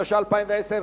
התש"ע 2010,